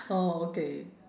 oh okay